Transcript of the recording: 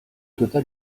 total